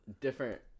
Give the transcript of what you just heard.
different